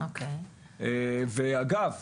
ואגב,